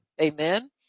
Amen